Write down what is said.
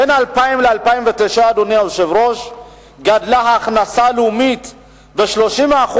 בין 2000 ל-2009 גדלה ההכנסה הלאומית ב-30%,